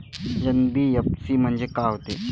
NBFC म्हणजे का होते?